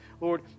Lord